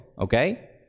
okay